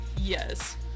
Yes